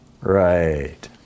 Right